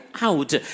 out